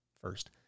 First